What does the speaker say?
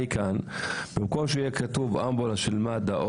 במקום שיהיה כתוב אמבולנס של מד"א,